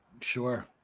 sure